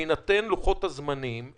בהינתן לוחות הזמנים,